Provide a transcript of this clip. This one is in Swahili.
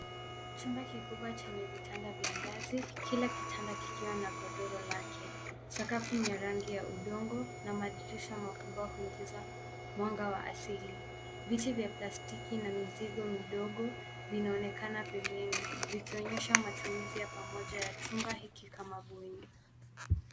Chumba kikubwa yenye vitanda vya ngazi. Kila kitanda kikiwa na godoro lake. Sakafu ni ya rangi ya udongo na madirisha makubwa huingiza mwanga wa asili. Viti vya plastiki na mizigo midogo vinaonekana pembeni, vikionyesha matumizi ya pamoja ya chumba hiki kama bweni.